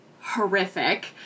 horrific